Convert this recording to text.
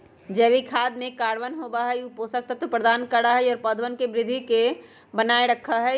जैविक खाद में कार्बन होबा हई ऊ पोषक तत्व प्रदान करा हई और पौधवन के वृद्धि के बनाए रखा हई